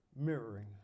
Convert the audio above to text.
mirroring